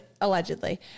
allegedly